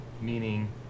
meaning